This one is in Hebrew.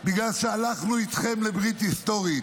בגלל שהלכנו איתכם לברית היסטורית.